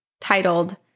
titled